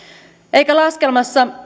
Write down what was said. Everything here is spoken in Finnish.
eikä laskelmassa